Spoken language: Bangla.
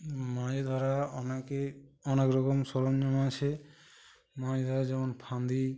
মাছ ধরা অনেকে অনেক রকম সরঞ্জাম আছে মাছ ধরা যেমন ফাঁদি